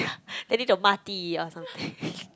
and then they'll mati or something